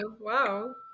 Wow